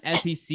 SEC